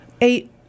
Eight